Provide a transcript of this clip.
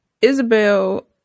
isabel